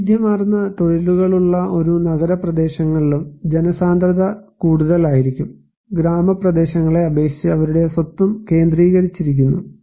വൈവിധ്യമാർന്ന തൊഴിലുകളുള്ള ഒരു നഗര പ്രദേശങ്ങളിലും ജനസാന്ദ്രത കൂടുതലായിരിക്കും ഗ്രാമപ്രദേശങ്ങളെ അപേക്ഷിച്ച് അവരുടെ സ്വത്തും കേന്ദ്രീകരിച്ചിരിക്കുന്നു